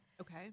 Okay